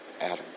Adam